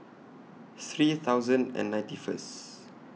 three thousand and ninety First